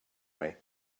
way